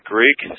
Greek